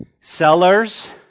sellers